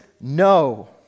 no